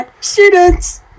Students